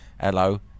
hello